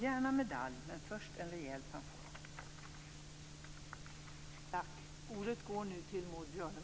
Gärna medalj, men först en rejäl pension!